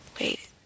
wait